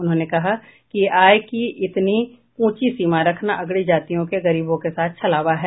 उन्होंने कहा कि आय की इतनी ऊंची सीमा रखना अगड़ी जातियों के गरीबों के साथ छलावा है